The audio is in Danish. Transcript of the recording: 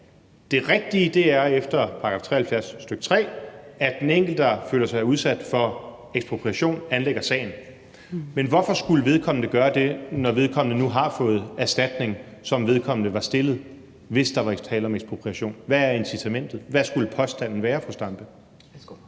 73, stk. 3, er, at den enkelte, der føler sig udsat for ekspropriation, anlægger sagen – men hvorfor skulle vedkommende gøre det, når vedkommende har fået en erstatning, som vedkommende var stillet, hvis der var tale om ekspropriation? Hvad er incitamentet? Hvad skulle påstanden være, fru Zenia Stampe?